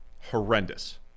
horrendous